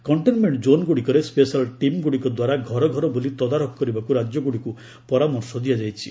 containment ଜୋନ୍ଗୁଡ଼ିକରେ special ଟିମ୍ଗୁଡ଼ିକ ଦ୍ୱାରା ଘରଘର ବୁଲି ତଦାରଖ କରିବାକୁ ରାଜ୍ୟଗୁଡ଼ିକୁ ପରାମର୍ଶ ଦିଆଯାଇଛି